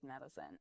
medicine